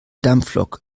dampflok